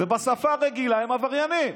ובשפה הרגילה הם עבריינים.